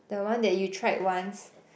the one that you tried once